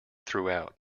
throughout